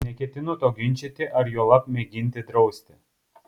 neketinu to ginčyti ar juolab mėginti drausti